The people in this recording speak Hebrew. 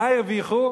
מה הרוויחו?